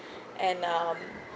and um